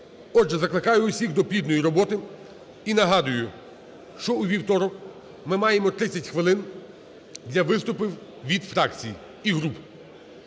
Отже, закликаю всіх до плідної роботи і нагадую, що у вівторок ми маємо 30 хвилин для виступів від фракцій і груп.